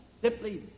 simply